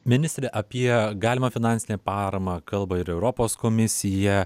ministre apie galimą finansinę paramą kalba ir europos komisija